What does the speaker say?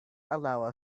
allow